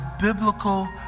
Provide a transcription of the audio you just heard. biblical